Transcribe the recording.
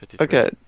Okay